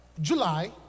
July